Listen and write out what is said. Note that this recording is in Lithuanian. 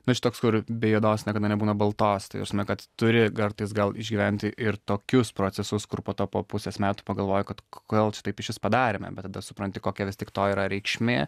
nu čia toks kur be juodos niekada nebūna baltos tai ta prasme kad turi kartais gal išgyventi ir tokius procesus kur po to po pusės metų pagalvoji kad kodėl čia taip išvis padarėme bet tada supranti kokia vis tik to yra reikšmė